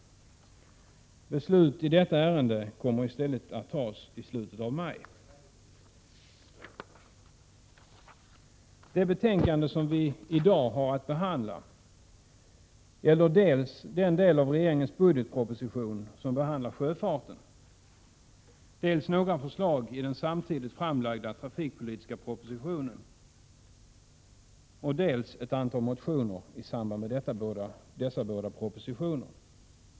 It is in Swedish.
Beslut i detta ärende kommer i stället att tas i slutet av maj. Det betänkande som vi i dag har att behandla gäller dels den del av regeringens budgetproposition som behandlar sjöfarten, dels några förslag i den samtidigt framlagda trafikpolitiska propositionen, dels ett antal motioner i samband med dessa båda propositioner.